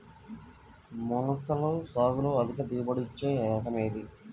మొలకల సాగులో అధిక దిగుబడి ఇచ్చే రకం ఏది?